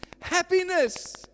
happiness